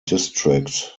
districts